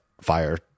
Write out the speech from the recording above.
Fire